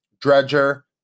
Dredger